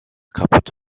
kaputt